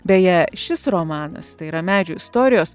beje šis romanas tai yra medžių istorijos